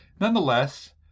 nonetheless